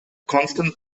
constant